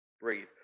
Breathe